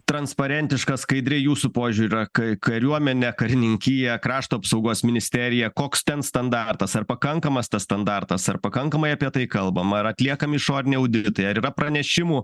transparentiška skaidri jūsų požiūriu k kariuomenė karininkija krašto apsaugos ministerija koks ten standartas ar pakankamas tas standartas ar pakankamai apie tai kalbama ar atliekami išoriniai auditai ar yra pranešimų